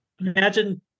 imagine